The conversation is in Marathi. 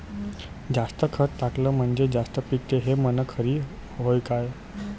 जास्त खत टाकलं म्हनजे जास्त पिकते हे म्हन खरी हाये का?